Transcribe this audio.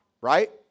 Right